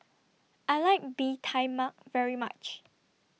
I like Bee Tai Mak very much